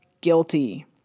guilty